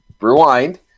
rewind